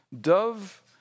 Dove